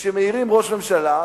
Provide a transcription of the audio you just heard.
וכשמעירים ראש הממשלה,